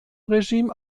regime